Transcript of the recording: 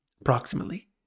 approximately